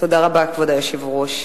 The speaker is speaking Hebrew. תודה רבה, כבוד היושב-ראש.